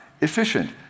efficient